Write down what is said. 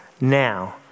now